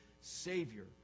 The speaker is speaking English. Savior